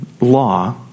law